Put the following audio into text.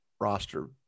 roster